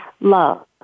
love